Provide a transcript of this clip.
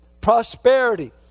prosperity